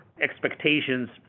expectations